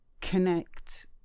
connect